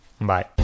Bye